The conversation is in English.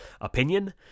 opinion